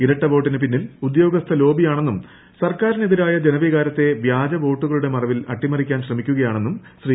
ഇരട്ട വോട്ടിന് പിന്നിൽ ഉദ്യോഗസ്ഥ ലോബിയെന്നും സർക്കാരിനെതിരായ ജനവികാരത്തെ വ്യാജ വോട്ടുകളുടെ മറവിൽ അട്ടിമറിക്കാൻ ശ്രമിക്കുകയാണെന്നും ശ്രീ